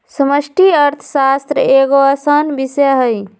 समष्टि अर्थशास्त्र एगो असान विषय हइ